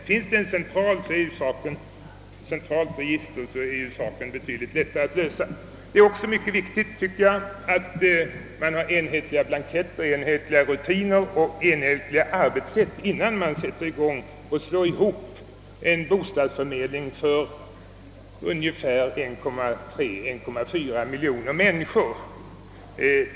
Finns det ett centralt register är det ju betydligt lättare att lösa problemet. Enligt min mening är det också mycket viktigt att man har enhetliga blanketter och rutiner samt enhetliga arbetssätt innan man slår ihop de olika kommunala organen till en bostadsförmedling för ungefär 1,4 miljon människor.